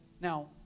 Now